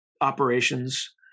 operations